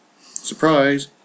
Surprise